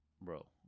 Bro